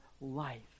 life